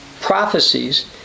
prophecies